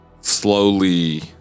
slowly